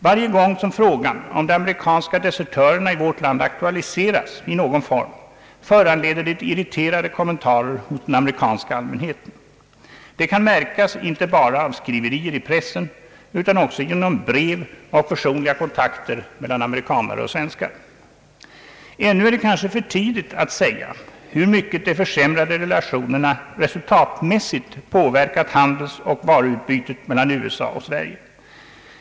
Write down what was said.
Varje gång som frågan om de amerikanska desertörerna i vårt land aktualiseras i någon form, föranleder det irriterade kommentarer hos den amerikanska allmänheten. Detta kan märkas inte bara av skriverier i pressen utan också genom brev och personliga kontakter mellan amerikaner och svenskar. Ännu är det kanske för tidigt att säga hur mycket de försämrade relationerna resultatmässigt påverkat handelsoch varuutbytet mellan USA och Sverige.